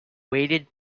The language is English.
waited